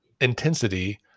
intensity